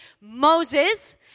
Moses